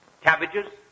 cabbages